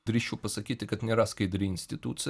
drįsčiau pasakyti kad nėra skaidri institucija